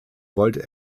wollte